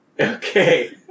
Okay